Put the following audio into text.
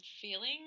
feeling